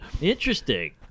Interesting